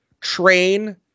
train